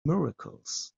miracles